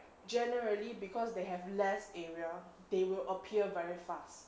generally because they have less area they will appear very fast